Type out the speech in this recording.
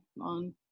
on